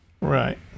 Right